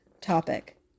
topic